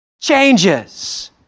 Changes